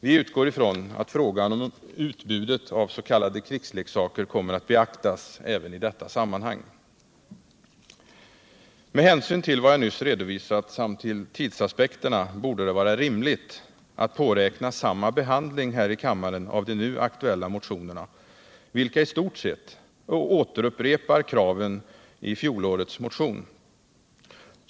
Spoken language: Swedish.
Vi utgår från att frågan om utbudet av s.k. krigsleksaker kommer att beaktas även i detta sammanhang. Med hänsyn till vad jag nyss redovisat samt till tidsaspekterna borde det vara rimligt att påräkna samma behandling i kammaren av de nu aktuella motionerna, vilka i stort sett återupprepar kraven i fjolårets motion.